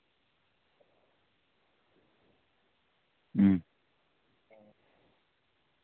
अं